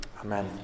Amen